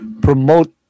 promote